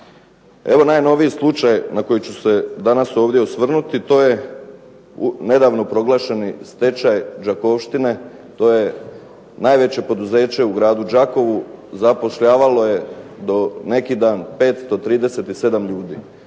Evo najnoviji slučaj na koji ću se danas ovdje osvrnuti to je nedavno proglašeni stečaj "Đakovštine". To je najveće poduzeće u grdu Đakovu. Zapošljavalo je do neki dan 537 ljudi.